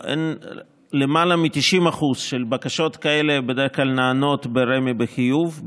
למעלה מ-90% של הבקשות האלה בדרך כלל נענות ברמ"י בחיוב,